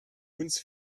uns